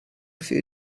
für